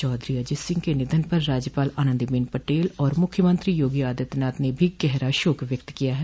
चौधरी अजित सिंह के निधन पर राज्यपाल आनंदीबेन पटेल और मुख्यमंत्री योगी आदित्यनाथ ने भी गहरा शोक व्यक्त किया है